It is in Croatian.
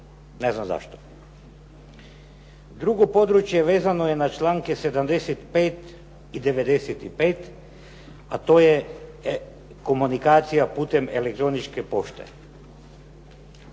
ne znam zašto. Drugo područje vezano je na članke 75. i 95. a to je komunikacija putem elektroničke pošte.